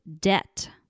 Debt